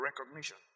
recognition